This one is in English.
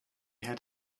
had